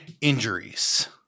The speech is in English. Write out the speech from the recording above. injuries